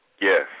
Yes